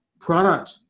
product